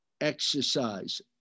exercise